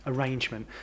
Arrangement